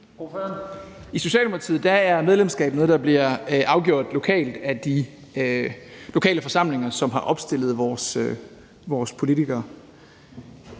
I Socialdemokratiet er medlemskab noget, der bliver afgjort lokalt af de lokale forsamlinger, som har opstillet vores politikere.